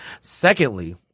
Secondly